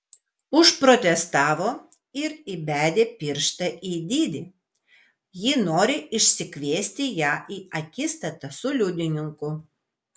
užprotestavo ir įbedė pirštą į didi ji nori išsikviesti ją į akistatą su liudininku